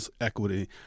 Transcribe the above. equity